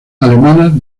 alemanas